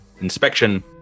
inspection